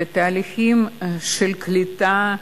תהליך הקליטה,